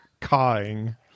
cawing